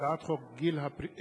הצעת חוק גיל פרישה